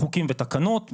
חוקים ותקנות,